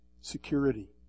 Security